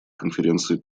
конференции